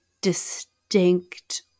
distinct